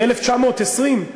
ב-1920,